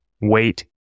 wait